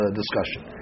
discussion